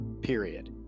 period